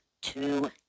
two